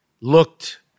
looked